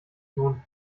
tun